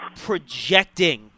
projecting